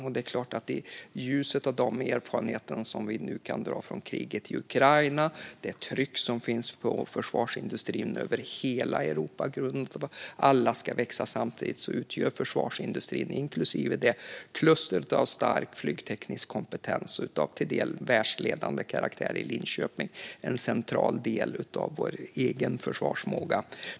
I ljuset av de erfarenheter vi nu kan dra från kriget i Ukraina och det tryck som finns på försvarsindustrin över hela Europa på grund av att alla ska växa samtidigt utgör försvarsindustrin, inklusive det kluster av stark flygteknisk kompetens av till dels världsledande karaktär som finns i Linköping, en central del av vår egen försvarsförmåga.